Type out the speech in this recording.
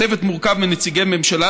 הצוות מורכב מנציגי ממשלה,